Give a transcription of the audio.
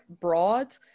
broad